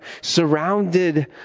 surrounded